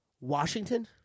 Washington